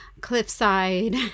cliffside